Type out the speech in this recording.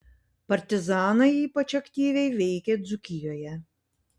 partizanai ypač aktyviai veikė dzūkijoje